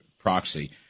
proxy